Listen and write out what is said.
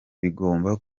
bigomba